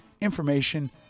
Information